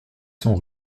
sans